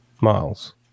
miles